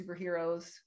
superheroes